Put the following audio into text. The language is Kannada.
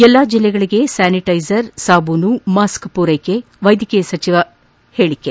ಎಲ್ಲಾ ಜಿಲ್ಲೆಗಳಿಗೆ ಸ್ಯಾನಿಟೈಸರ್ ಸಾಬೂನು ಮಾಸ್ಕ್ ಫೂರೈಕೆ ವೈದ್ಯಕೀಯ ಶಿಕ್ಷಣ ಸಚಿವರ ಹೇಳಿಕೆ